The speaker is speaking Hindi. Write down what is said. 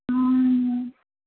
हूँ